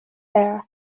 air